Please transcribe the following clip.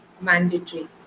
mandatory